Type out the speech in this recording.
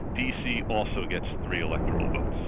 dc also gets three electoral votes.